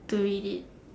to read it